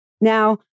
now